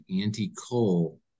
anti-coal